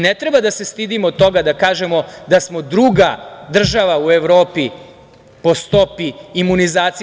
Ne treba da se stidimo toga da kažemo da smo druga država u Evropi po stopi imunizacije.